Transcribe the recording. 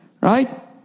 right